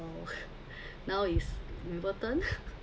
now is important